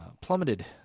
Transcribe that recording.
plummeted